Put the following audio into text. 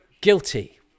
Guilty